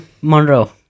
Monroe